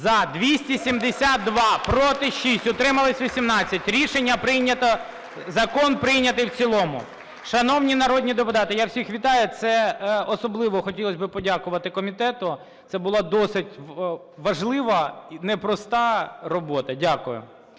За-272 Проти – 6, утримались - 18. Рішення прийнято. Закон прийнятий в цілому. Шановні народні депутати, я всіх вітаю. Це особливо хотілось би подякувати комітету, це була досить важлива і непроста робота. Дякую.